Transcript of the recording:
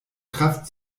kraft